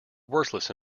worthless